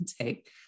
take